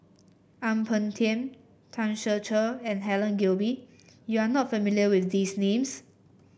Ang Peng Tiam Tan Ser Cher and Helen Gilbey you are not familiar with these names